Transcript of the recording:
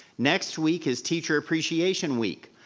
next week is teacher appreciation week.